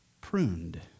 pruned